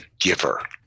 giver